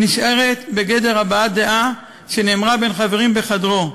נשארת בגדר הבעת דעה שנאמרה בין חברים בחדרו,